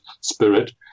spirit